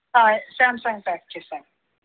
Samsung pack చేసేయండి